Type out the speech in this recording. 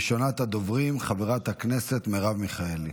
ראשונת הדוברים, חברת הכנסת מרב מיכאלי.